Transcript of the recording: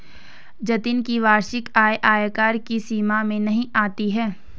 जतिन की वार्षिक आय आयकर की सीमा में नही आती है